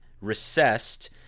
recessed